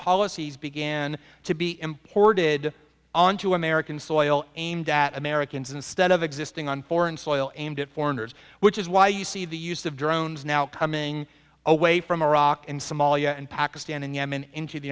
policies began to be imported onto american soil aimed at americans instead of existing on foreign soil aimed at foreigners which is why you see the use of drones now coming away from iraq and somalia and pakistan and yemen into the